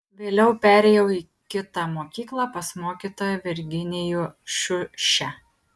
vėliau perėjau į kitą mokyklą pas mokytoją virginijų šiušę